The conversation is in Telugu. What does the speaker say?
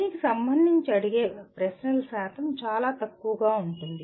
దీనికి సంబంధించి అడిగే ప్రశ్నల శాతం చాలా తక్కువగా ఉంటుంది